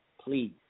please